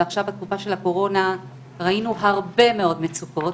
ועכשיו בתקופה של הקורונה ראינו הרבה מאוד מצוקות,